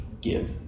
give